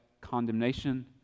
condemnation